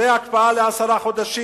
זה הקפאה לעשרה חודשים.